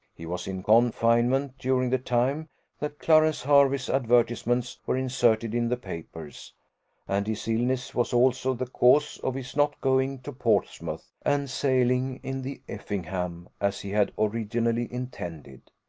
he was in confinement during the time that clarence hervey's advertisements were inserted in the papers and his illness was also the cause of his not going to portsmouth, and sailing in the effingham, as he had originally intended.